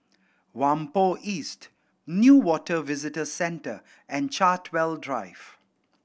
Whampoa West Newater Visitor Centre and Chartwell Drive